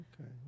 okay